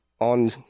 on